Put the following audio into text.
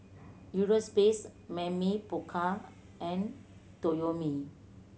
Europace Mamy Poko and Toyomi